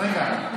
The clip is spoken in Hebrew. רגע.